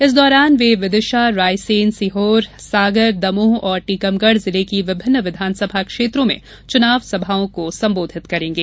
इस दौरान वे विदिशा रायसेन सीहोर सागर दमोह और टीकमगढ़ जिले की विभिन्न विधानसभा क्षेत्रों में चुनाव सभाओं को संबोधित करेंगे